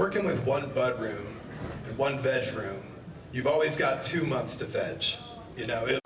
working with one but really one bedroom you've always got two months to fetch you know